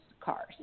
cars